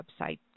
website